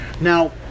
Now